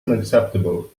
unacceptable